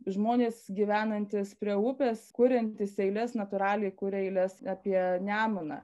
žmonės gyvenantys prie upės kuriantys eiles natūraliai kuria eiles apie nemuną